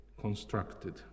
constructed